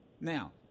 Now